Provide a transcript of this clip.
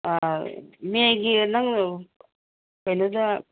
ꯃꯦꯒꯤ ꯅꯪ ꯀꯩꯅꯣꯗ